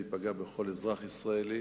הוא פגע בכל אזרח ישראלי